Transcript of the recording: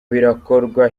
birakorwa